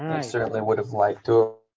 i certainly would have liked to